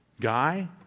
guy